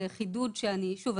זה חידוד ששוב,